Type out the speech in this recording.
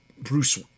Bruce